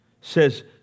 says